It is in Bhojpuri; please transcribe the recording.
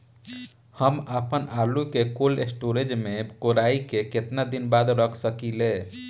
हम आपनआलू के कोल्ड स्टोरेज में कोराई के केतना दिन बाद रख साकिले?